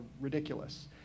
ridiculous